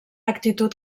actitud